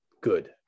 good